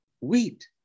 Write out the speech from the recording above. Wheat